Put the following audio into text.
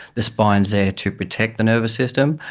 the spine is there to protect the nervous system,